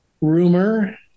rumor